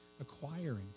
acquiring